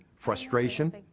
frustration